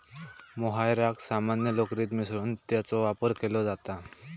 मोहायराक सामान्य लोकरीत मिसळून त्याचो वापर केलो जाता